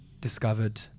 discovered